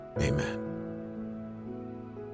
amen